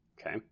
okay